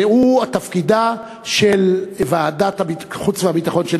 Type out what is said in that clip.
וזה תפקידה של ועדת החוץ והביטחון של